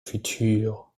futures